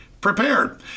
prepared